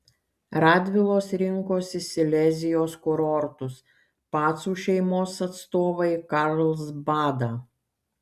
radvilos rinkosi silezijos kurortus pacų šeimos atstovai karlsbadą